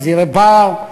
חזירי בר,